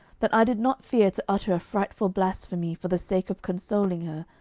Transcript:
that i did not fear to utter a frightful blasphemy for the sake of consoling her,